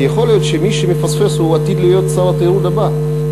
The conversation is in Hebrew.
כי יכול להיות שמי שמפספס עתיד להיות שר התיירות הבא,